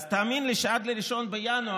אז תאמין לי שעד 1 בינואר,